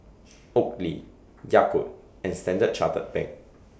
Oakley Yakult and Standard Chartered Bank